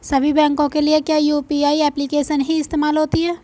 सभी बैंकों के लिए क्या यू.पी.आई एप्लिकेशन ही इस्तेमाल होती है?